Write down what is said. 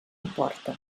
emporta